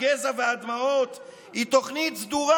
הגזע והדמעות היא תוכנית סדורה.